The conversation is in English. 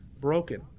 broken